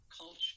culture